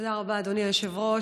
תודה רבה, אדוני היושב-ראש.